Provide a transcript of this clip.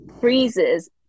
Freezes